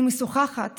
אני משוחחת